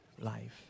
life